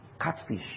catfish